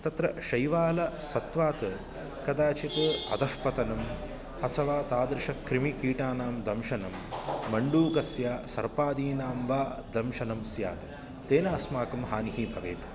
तत्र शैवालसत्वात् कदाचित् अधःपतनम् अथवा तादृशक्रिमिकीटानां दंशनं मण्डूकस्य सर्पादीनां वा दंशनं स्यात् तेन अस्माकं हानिः भवेत्